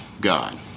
God